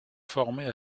formés